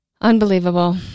Unbelievable